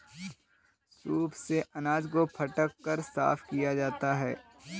soup से अनाज को फटक कर साफ किया जाता है